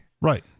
Right